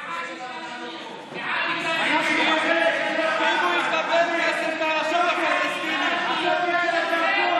בעד הוא לא מקבל כסף מהרשות הפלסטינית לנצח.